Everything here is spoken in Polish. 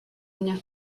mnie